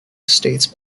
estates